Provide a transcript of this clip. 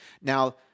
Now